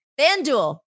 FanDuel